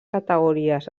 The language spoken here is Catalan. categories